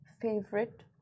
Favorite